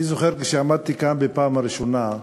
אני זוכר שכשעמדתי כאן בפעם הראשונה,